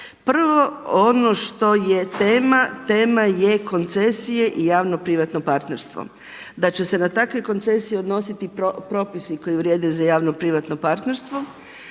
Prvo, ono što je tema, tema je koncesije i javno privatno partnerstvo, da će se na takve koncesije odnositi propisi koji vrijede za javno-privatno partnerstvo.